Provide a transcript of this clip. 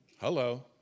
Hello